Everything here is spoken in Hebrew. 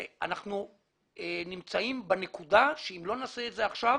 אנחנו נמצאים בנקודה שאם לא נעשה את זה עכשיו,